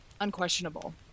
unquestionable